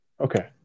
okay